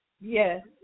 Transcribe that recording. Yes